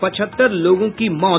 पचहत्तर लोगों की मौत